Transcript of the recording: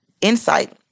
insight